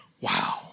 wow